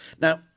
now